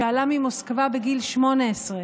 שעלה ממוסקבה בגיל 18,